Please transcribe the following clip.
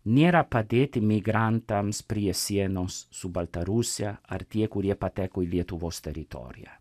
nėra padėti migrantams prie sienos su baltarusija ar tie kurie pateko į lietuvos teritoriją